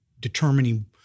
determining